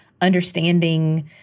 understanding